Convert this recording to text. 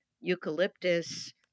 eucalyptus